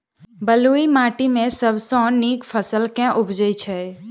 बलुई माटि मे सबसँ नीक फसल केँ उबजई छै?